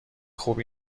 خوب